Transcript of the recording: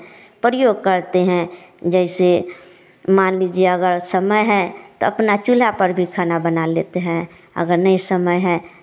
प्रयोग करते हैं जैसे मान लीजिए अगर समय है तो अपना चूल्हा पर भी खाना बना लेते हैं अगर नहीं समय है